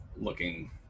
looking